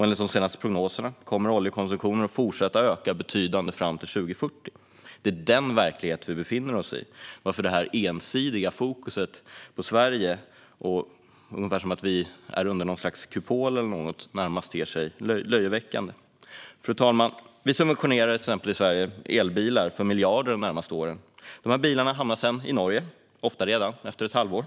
Enligt de senaste prognoserna kommer oljekonsumtionen att fortsätta att öka betydligt fram till 2040. Detta är den verklighet vi befinner oss i, varför detta ensidiga fokus på Sverige - som om vi befann oss under något slags kupol - närmast ter sig löjeväckande. Fru talman! I Sverige subventionerar vi exempelvis elbilar för miljarder de närmaste åren. Dessa bilar hamnar sedan i Norge, ofta redan efter ett halvår.